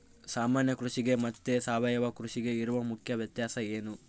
ಸಾಮಾನ್ಯ ಕೃಷಿಗೆ ಮತ್ತೆ ಸಾವಯವ ಕೃಷಿಗೆ ಇರುವ ಮುಖ್ಯ ವ್ಯತ್ಯಾಸ ಏನು?